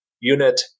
unit